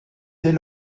dès